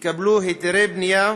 יקבלו היתרי בנייה